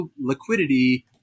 liquidity